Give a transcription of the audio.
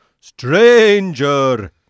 Stranger